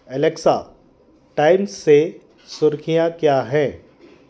Alexa Times से सुर्खियाँ क्या हैं